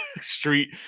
street